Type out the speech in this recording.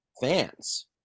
fans